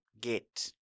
get